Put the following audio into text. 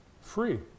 free